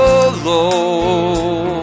alone